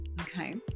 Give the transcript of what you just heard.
okay